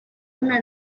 una